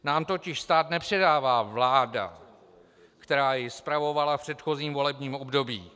Nám totiž stát nepředává vláda, která jej spravovala v předchozím volebním období.